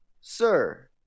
Sir